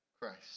Christ